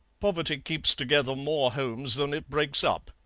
poverty keeps together more homes than it breaks up.